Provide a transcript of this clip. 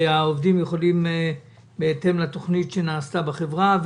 ושהעובדים יכולים להמשיך בהתאם לתכנית שנעשתה בחברה.